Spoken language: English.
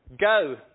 Go